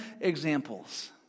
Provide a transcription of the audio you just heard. examples